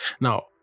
Now